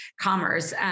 commerce